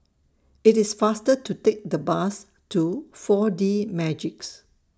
IT IS faster to Take The Bus to four D Magix